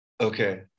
Okay